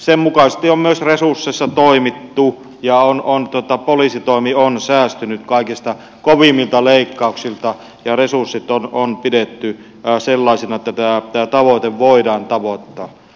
sen mukaisesti on myös resursseissa toimittu ja poliisitoimi on säästynyt kaikista kovimmilta leikkauksilta ja resurssit on pidetty sellaisina että tämä tavoite voidaan tavoittaa